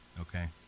okay